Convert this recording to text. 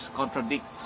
contradict